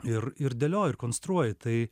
ir ir dėlioji ir konstruoji tai